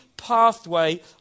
pathway